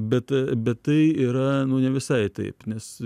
bet bet tai yra ne visai taip nes